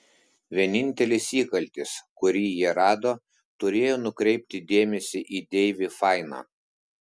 vienintelis įkaltis kurį jie rado turėjo nukreipti dėmesį į deivį fainą